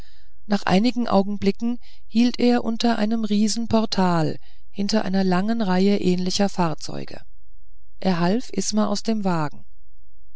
nach wenigen augenblicken hielt er unter einem riesenportal hinter einer langen reihe ähnlicher fahrzeuge ell half isma aus dem wagen